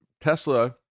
Tesla